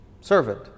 Servant